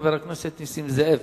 חבר הכנסת נסים זאב.